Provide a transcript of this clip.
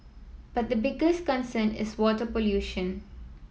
but the biggest concern is water pollution